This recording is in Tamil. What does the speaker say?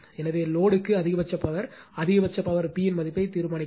எனவே லோடு க்கு அதிகபட்ச பவர் அதிகபட்ச பவர் P இன் மதிப்பையும் தீர்மானிக்கவும்